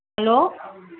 hello